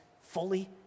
fully